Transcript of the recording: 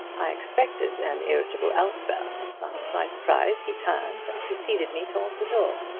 i expected an irritable outburst, but to my surprise he turned and preceded me toward the door.